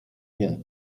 nie